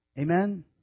Amen